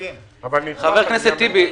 חבר הכנסת טיבי,